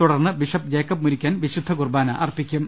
തുടർന്ന് bishop Jacob Murikkan വിശുദ്ധ കുർബാന അർപ്പിക്കും